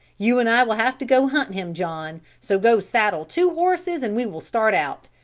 you and i will have to go hunt him, john, so go saddle two horses and we will start out.